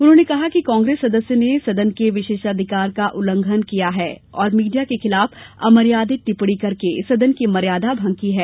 उन्होंने कहा कि कांग्रेस सदस्य ने सदन के विशेषाधिकार का उल्लंघन किया है और मीडिया के खिलाफ अमर्यादित टिप्पणी करके सदन की मर्यादा भंग की है